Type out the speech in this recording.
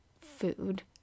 food